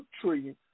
trillion